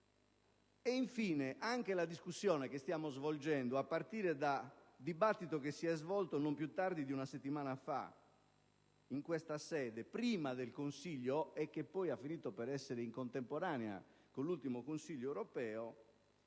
sede. Anche la discussione odierna, a partire dal dibattito che si è svolto non più tardi di una settimana fa in questa sede prima del Consiglio e che poi ha finito per svolgersi in contemporanea con l'ultimo Consiglio europeo,